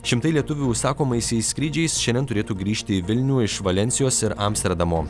šimtai lietuvių užsakomaisiais skrydžiais šiandien turėtų grįžti į vilnių iš valensijos ir amsterdamo